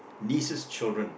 nieces children